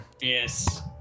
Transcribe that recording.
Yes